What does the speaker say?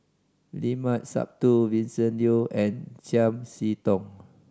Limat Sabtu Vincent Leow and Chiam See Tong